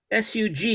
sug